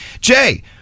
Jay